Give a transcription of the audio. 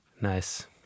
nice